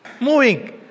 moving